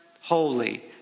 holy